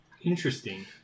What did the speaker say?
Interesting